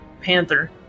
Panther